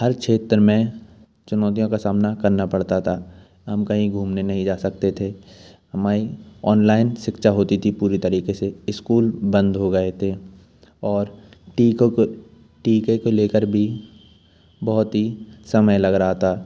हर क्षेत्र में चुनौतियों का सामना करना पड़ता था हम कहीं घूमने नहीं जा सकते थे मैं औनलाइन शिक्षा होती थी पूरी तरीके से इस्कुल बंद हो गए थे और टीकों को टीके को लेकर भी बहुत ही समय लग रहा था